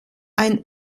ein